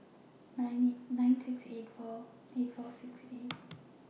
nine eight nine six eight four eight four six eight